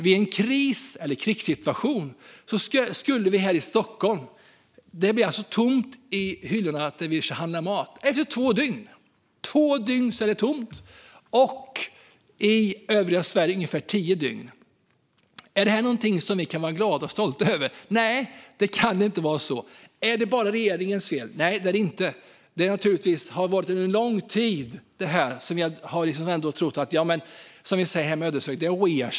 I en kris eller krigssituation skulle det här i Stockholm bli tomt på hyllorna där vi handlar mat efter två dygn - två dygn så är det tomt! I övriga Sverige handlar det om ungefär tio dygn. Är detta någonting som vi kan vara glada och stolta över? Nej, så kan det inte vara. Är det bara regeringens fel? Nej, det är det inte. Det har varit en lång tid under vilken vi har trott att "det rer sig", som vi säger hemma i Ödeshög.